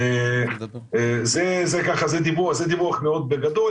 זה דיבור מאד בגדול,